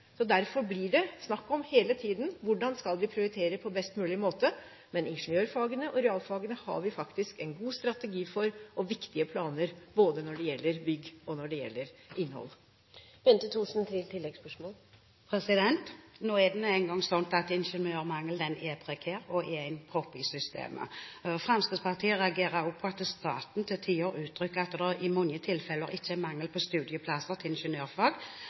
Derfor blir det hele tiden snakk om hvordan vi skal prioritere på best mulig måte. Men ingeniørfagene og realfagene har vi faktisk en god strategi for, og vi har viktige planer både når det gjelder bygg, og når det gjelder innhold. Nå er det nå engang sånn at ingeniørmangelen er prekær og en propp i systemet. Fremskrittspartiet reagerer også på at staten til tider uttrykker at det i mange tilfeller ikke er mangel på studieplasser til ingeniørfag,